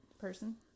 person